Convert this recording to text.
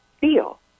feel